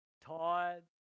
tired